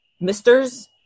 misters